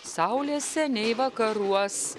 saulė seniai vakaruos